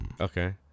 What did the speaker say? Okay